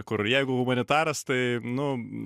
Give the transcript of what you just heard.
kur jeigu humanitaras tai nu